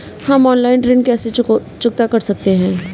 हम ऑनलाइन ऋण को कैसे चुकता कर सकते हैं?